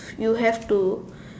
you have to